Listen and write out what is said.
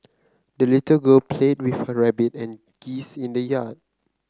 the little girl played with her rabbit and geese in the yard